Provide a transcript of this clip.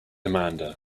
amanda